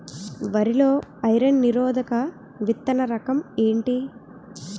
వరి లో ఐరన్ నిరోధక విత్తన రకం ఏంటి?